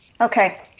Okay